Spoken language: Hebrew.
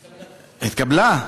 התקבלה.